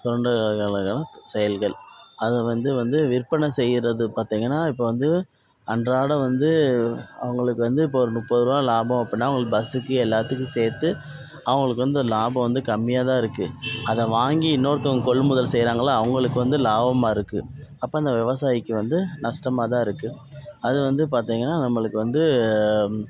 சுரண்டல்களுக்கான செயல்கள் அதை வந்து வந்து விற்பனை செய்யுறது பார்த்திங்கனா இப்போது வந்து அன்றாடம் வந்து அவர்களுக்கு வந்து இப்போது ஒரு முப்பது ரூபா லாபம் அப்படினால் அவங்களுக்கு பஸ்சுக்கு எல்லாத்துக்கும் சேர்த்து அவங்களுக்கு வந்து லாபம் வந்து கம்மியாக தான் இருக்குது அதை வாங்கி இன்னோருத்தங்க கொள்முதல் செய்கிறாங்கள்ல அவங்களுக்கு வந்து லாபமாக இருக்குது அப்போ இந்த விவசாயிக்கு வந்து நஷ்டமாக தான் இருக்குது அது வந்து பார்த்திங்கனா நம்மளுக்கு வந்து